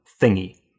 thingy